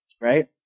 Right